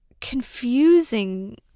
confusing